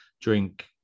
drink